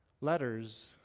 Letters